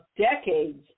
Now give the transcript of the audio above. decades